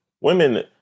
Women